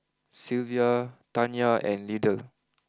Sylvia Tanya and Lydell